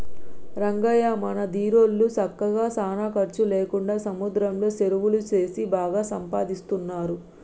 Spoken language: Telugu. రంగయ్య మన దీరోళ్ళు సక్కగా సానా ఖర్చు లేకుండా సముద్రంలో సెరువులు సేసి బాగా సంపాదిస్తున్నారు